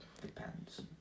Depends